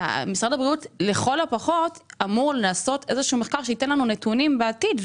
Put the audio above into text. משרד הבריאות אמור לעשות איזה שהוא מחקר שייתן לנו נתונים בעתיד.